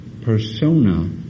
persona